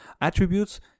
Attributes